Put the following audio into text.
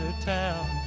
town